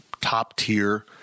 top-tier